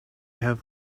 have